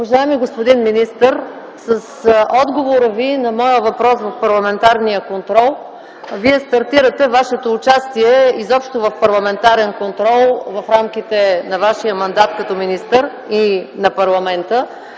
Уважаеми господин министър, с отговора Ви на моя въпрос в парламентарния контрол стартирате Вашето участие изобщо в парламентарен контрол в рамките на Вашия мандат като министър. Във връзка